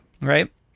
Right